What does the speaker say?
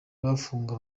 bafungwa